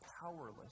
powerless